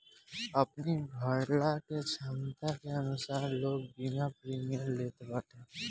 अपनी भरला के छमता के अनुसार लोग बीमा प्रीमियम लेत बाटे